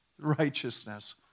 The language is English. righteousness